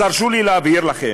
אז הרשו לי להבהיר לכם: